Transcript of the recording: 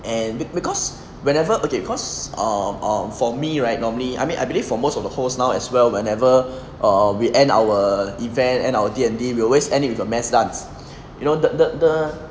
and be because whenever okay cause err um for me right normally I mean I believe for most of the host now as well whenever err we end our event and our D_N_D we always end it with a mass dance you know the the the